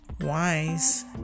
wise